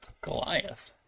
Goliath